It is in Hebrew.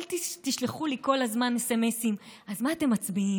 אל תשלחו לי כל הזמן סמ"סים: אז מה אתם מצביעים?